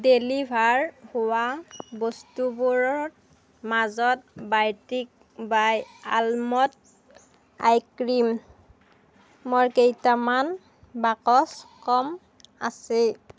deliver হোৱা বস্তুবোৰৰ মাজত বায়'টিক বায়' আলমণ্ড আই ক্ৰীমৰ কেইটামান বাকচ কম আছে